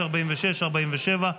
46 ו-47,